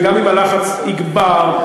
וגם אם הלחץ יגבר,